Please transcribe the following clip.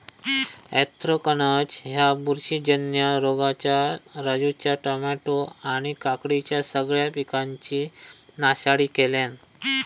anthracnose ह्या बुरशीजन्य रोगान राजूच्या टामॅटो आणि काकडीच्या सगळ्या पिकांची नासाडी केल्यानं